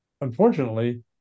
Unfortunately